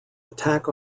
attack